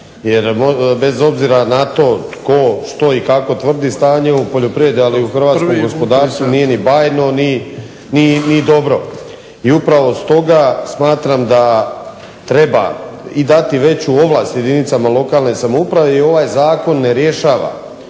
jer bez obzira na to tko što i kako tvrdi stanje u poljoprivredi, ali i u hrvatskom gospodarstvu nije ni bajno ni dobro. I upravo stoga smatram da treba i dati veću ovlast jedinicama lokalne samouprave i ovaj Zakon ne rješava,